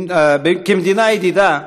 כמדינה ידידה,